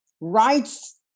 rights